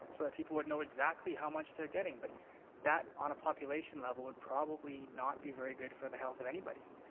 so that people would know exactly how much they're getting. but that on a population level would possibly probably not be very good for the health of anybody.